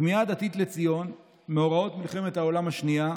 הכמיהה הדתית לציון, מאורעות מלחמת העולם השנייה,